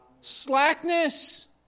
Slackness